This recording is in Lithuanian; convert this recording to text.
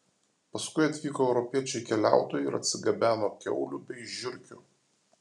paskui atvyko europiečiai keliautojai ir atsigabeno kiaulių bei žiurkių